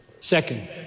Second